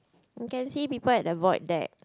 you can see people at the void deck